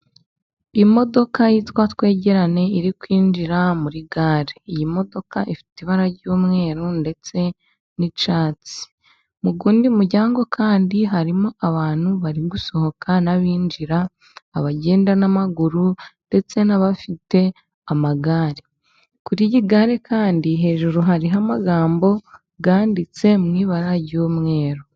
Imodoka yitwa twegerane iri kwinjira muri gare, iyi modoka ifite ibara ry'umweru ndetse n'icyatsi, mu wundi muryango kandi harimo abantu bari gusohoka n'abinjira, abagenda n'amaguru ndetse n'abafite amagare, kuri iyi gare kandi hejuru hariho amagambo yanditse mu ibara ry'umweru.